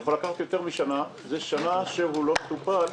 יכול לקחת יותר משנה, זה שנה שהוא לא מטופל.